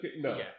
no